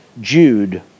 Jude